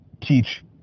teach